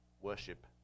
worship